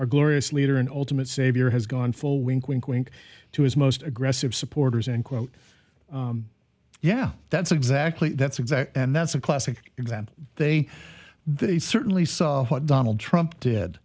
our glorious leader and ultimate savior has gone full wink wink wink to his most aggressive supporters and quote yeah that's exactly that's exactly and that's a classic example they they certainly saw what donald trump did